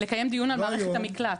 לקיים דיון על מערכת המקלט?